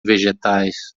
vegetais